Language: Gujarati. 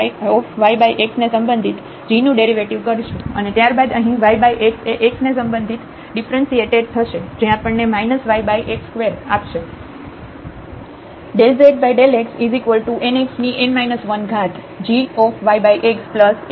તેથી gyx ને સંબંધિત g નું ડેરિવેટિવ કરશું અને ત્યારબાદ અહીં yx એ x ને સંબંધિત ડિફ્રન્સિએટેડ થશે જે આપણને yx2આપશે